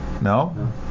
No